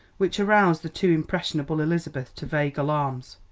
which aroused the too impressionable elizabeth to vague alarms.